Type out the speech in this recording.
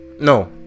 No